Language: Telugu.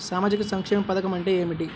సామాజిక సంక్షేమ పథకం అంటే ఏమిటి?